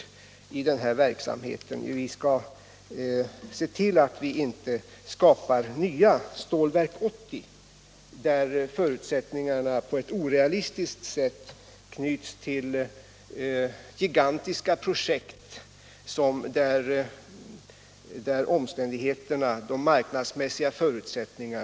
Vi bör se till att vi inte skapar nya stålverk 80, där resurserna på ett orealistiskt sätt knyts till gigantiska projekt med mycket begränsade marknadsmässiga förutsättningar.